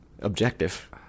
objective